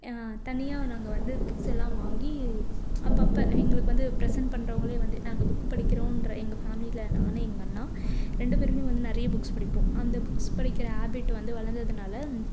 தனியாக நாங்கள் வந்து புக்ஸெல்லாம் வாங்கி அப்போ அப்போ எங்களுக்கு வந்து ப்ரெஸன்ட் பண்ணுறவங்களே வந்து நாங்கள் புக் படிக்கிறோன்ற எங்கள் ஃபேமிலியில நான் எங்கள் அண்ணா ரெண்டு பேருமே வந்து நிறையா புக்ஸ் படிப்போம் அந்த புக்ஸ் படிக்கிற ஹேபீட்டு வந்து வளந்ததினால